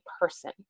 person